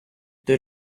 той